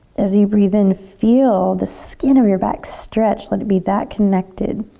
as you breathe in, feel the skin of your back stretch. let it be that connected.